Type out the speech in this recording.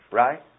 right